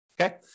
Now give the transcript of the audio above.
Okay